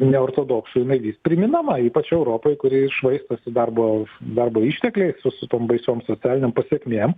ne ortodoksų jinai vis primenama ypač europai kuri švaistosi darbo darbo ištekliais su su tom baisiom socialinėm pasekmėm